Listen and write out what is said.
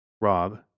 Rob